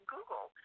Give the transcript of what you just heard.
Google